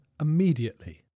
immediately